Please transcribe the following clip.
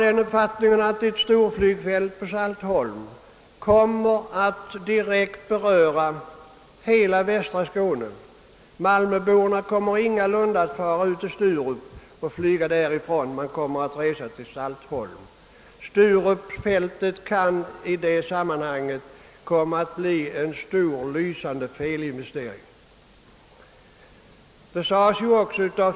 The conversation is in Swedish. Ett storflygfält på Saltholm kommer direkt att beröra hela västra Skåne. Malmöborna kommer ingalunda att fara ut till Sturup för att flyga därifrån utan kommer att avresa från Saltholm. Sturupsflygfältet kan därför komma att bli en stor och lysande felinvestering.